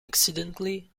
exceedingly